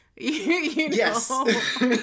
Yes